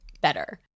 better